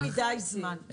הוא נמשך יותר מדי זמן.